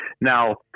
Now